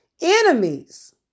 Enemies